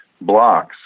blocks